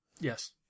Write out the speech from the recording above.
Yes